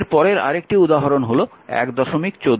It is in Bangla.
এর পরের আরেকটি উদাহরণ হল 114